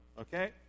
okay